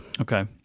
Okay